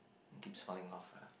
it keeps falling off ah